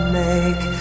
make